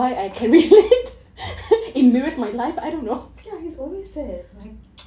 ya he's always sad like